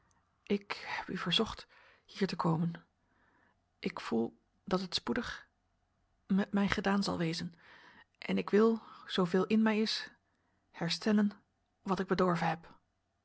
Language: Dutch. ik heb u verzocht hier te komen ik voel dat het spoedig met mij gedaan zal wezen en ik wil zooveel in mij is herstellen wat ik bedorven heb